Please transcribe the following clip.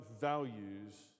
values